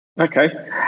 Okay